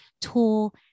tool